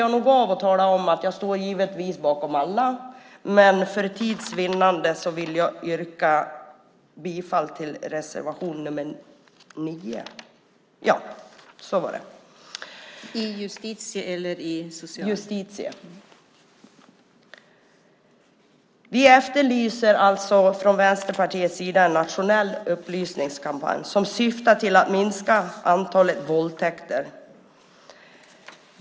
Jag glömde att tala om att jag givetvis står bakom alla reservationer, men för tids vinnande vill jag yrka bifall till reservation nr 9 i justitieutskottets betänkande. Vi efterlyser alltså från Vänsterpartiets sida en nationell upplysningskampanj som syftar till att minska antalet våldtäkter.